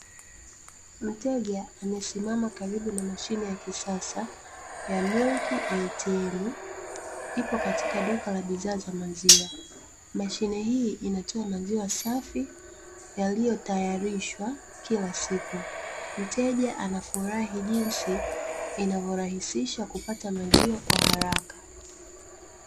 Mteja amesimama karibu na mashine ya kisasa ya "milk atm", ipo katika duka la bidhaa za maziwa. Mashine hii inatoa maziwa safi, yaliyotayarishwa kila siku. Mteja anafurahi jinsi inavyorahisisha kupata maziwa kwa haraka.